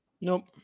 Nope